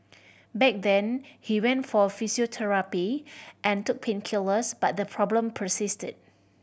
back then he went for physiotherapy and took painkillers but the problem persisted